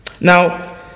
Now